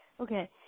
okay